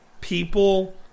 people